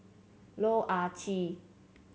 Loh Ah Chee